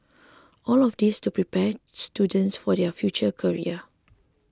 all of this to prepare students for their future career